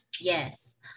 Yes